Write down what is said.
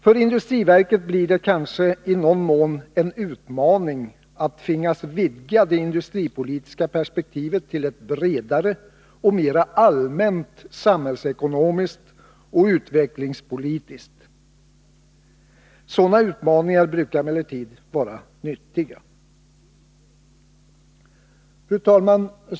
För industriverket blir det kanske i någon mån en utmaning att tvingas vidga det industripolitiska perspektivet till ett bredare och mer allmänt samhällsekonomiskt och utvecklingspolitiskt. Sådana utmaningar brukar emellertid vara nyttiga. Fru talman!